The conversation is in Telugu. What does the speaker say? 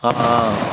ఆ